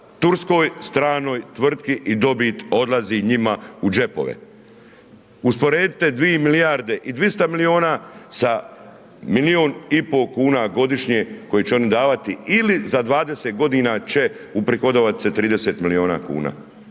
turskoj stranoj tvrtki i dobit odlazi njima u džepove. Usporedite 2 milijarde i 200 milijuna sa milijun i po kuna godišnje koje će oni davati ili za 20.g. će uprihodovat se 30 milijuna kuna